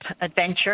adventure